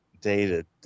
dated